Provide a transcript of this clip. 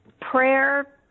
Prayer